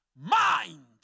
mind